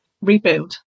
rebuild